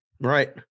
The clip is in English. Right